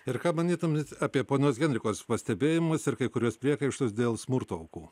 ir ką manytumėt apie ponios henrikos pastebėjimus ir kai kuriuos priekaištus dėl smurto aukų